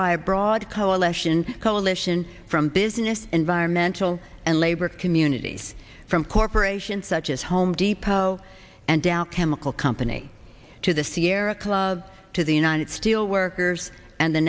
by a broad coalition coalition from business environmental and labor communities from corporations such as home depot and dow chemical company to the sierra club to the united steelworkers and the